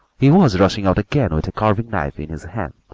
he was rushing out again with a carving-knife in his hand,